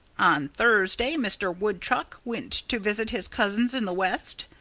on thursday mr. woodchuck went to visit his cousins in the west.